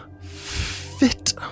fit